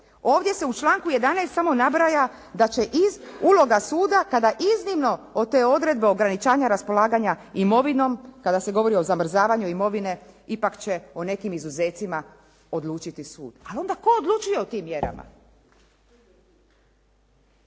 Ovdje se u članku 11. samo nabraja da će iz uloga suda, kada iznimno od te odredbe ograničanja raspolaganja imovinom, kada se govori o zamrzavanju imovine ipak će o nekim izuzecima odlučiti sud. Ali onda tko odlučuje o tim mjerama?